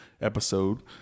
episode